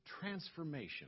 transformation